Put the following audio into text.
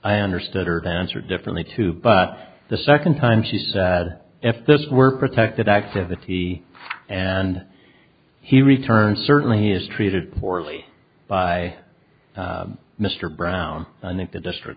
i understood or dancer differently too but the second time she said if this were protected activity and he returned certainly he is treated poorly by mr brown and if the district